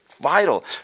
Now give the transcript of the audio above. vital